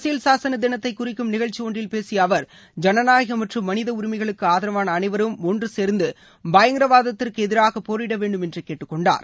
அரசியல் சாசன தினத்தை குறிக்கும் நிகழ்ச்சி ஒன்றில் பேசிய அவர் ஜனநாயகம் மற்றும் மனித உரிமைகளுக்கு ஆதரவான அளைவரும் ஒன்று சேர்ந்து பயங்கரவாதத்திற்கு எதிராக போரிட வேண்டும் என்று கேட்டுக்கொண்டார்